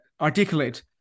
articulate